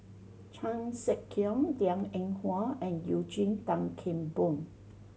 Chan Sek Keong Liang Eng Hwa and Eugene Tan Kheng Boon